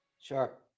Sure